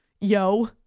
Yo